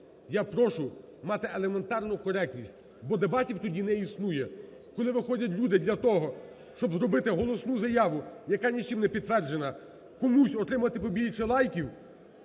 я прошу мати елементарну коректність, бо дебатів тоді не існує. Коли виходять люди для того, щоб зробити голосну заяву, яка нічим не підтверджена, комусь отримати побільше лайків,